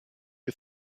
you